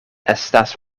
estas